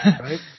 right